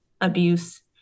abuse